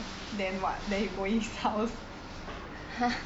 then what then you go his house